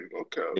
okay